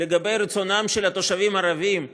לגבי רצונם של התושבים הערבים בירושלים,